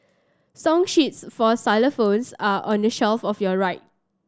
song sheets for xylophones are on the shelf of your right